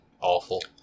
awful